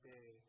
Day